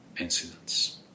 incidents